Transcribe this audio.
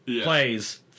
plays